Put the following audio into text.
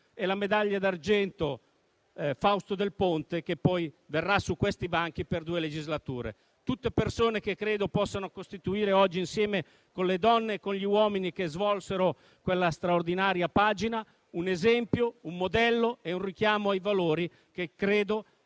e la medaglia d'argento Fausto Del Ponte, che poi verrà su questi banchi per due legislature. Sono tutte persone che possono costituire oggi, insieme con le donne e gli uomini che parteciparono a quella straordinaria pagina, un esempio, un modello e un richiamo ai valori che